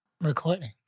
recording